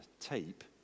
tape